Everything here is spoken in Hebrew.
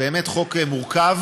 זה באמת חוק מורכב,